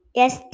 yes